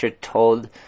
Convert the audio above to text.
told